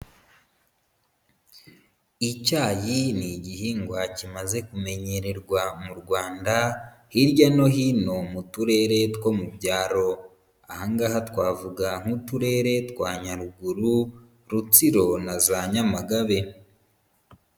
Icyayi ni igihingwa kimaze kumenyererwa mu Rwanda, hirya no hino mu turere two mu byaro. Aha ngaha twavuga nk'Uturere twa Nyaruguru, Rutsiro na za Nyamagabe.